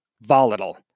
volatile